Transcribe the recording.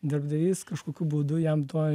darbdavys kažkokiu būdu jam to